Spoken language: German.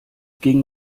ging